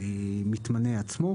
המתמנה עצמו,